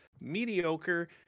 mediocre